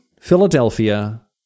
Philadelphia